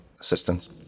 assistance